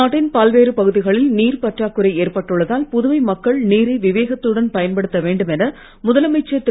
நாட்டின் பல்வேறு பகுதிகளில் நீர்ப் பற்றாக்குறை ஏற்பட்டுள்ளதால் புதுவை மக்கள் நீரை விவேகத்துடன் பயன்படுத்த வேண்டும் என முதலமைச்சர் திரு